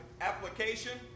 application